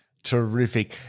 Terrific